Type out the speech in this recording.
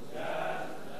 ההצעה